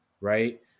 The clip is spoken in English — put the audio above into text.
right